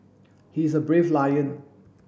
he is a brave lion